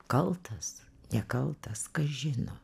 kaltas nekaltas kas žino